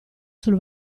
sul